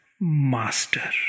master